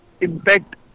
impact